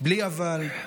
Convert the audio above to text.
בלי אבל,